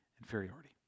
inferiority